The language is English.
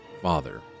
father